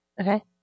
Okay